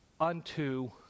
unto